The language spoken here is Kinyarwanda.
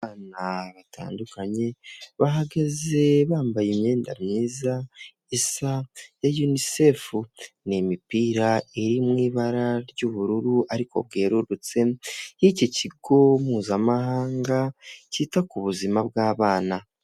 Abana batandukanye bahagaze bambaye imyenda myiza isa ya yunisefu ni imipira iri mu ibara ry'ubururu ariko bwerurutse y'iki kigo mpuzamahanga cyita ku buzima bw'abana.